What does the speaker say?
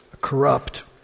corrupt